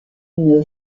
une